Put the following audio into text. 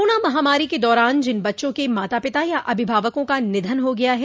corona महामारी के दौरान जिन बच्चों के माता पिता या अभिभावकों का निधन हो गया है